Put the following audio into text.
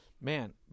man